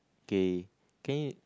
K can you